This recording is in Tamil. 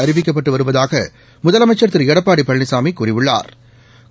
அறிவிக்கப்பட்டுவருவதாகமுதலமைச்சா் திருடப்பாடிபழனிசாமிகூறியுள்ளாா்